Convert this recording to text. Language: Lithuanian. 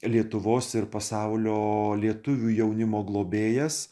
lietuvos ir pasaulio lietuvių jaunimo globėjas